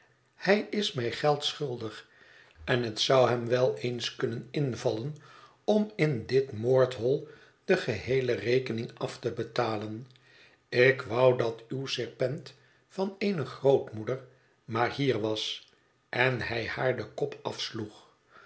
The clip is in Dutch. hij is mij geld schuldig en het zou hem wel het veblaten huis eens kunnen invallen om in dit moordhol de geheele rekening af te betalen ik wou dat uw serpent van eene grootmoeder maar hier was en hij haar den kop afsloeg